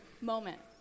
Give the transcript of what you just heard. moment